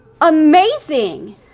Amazing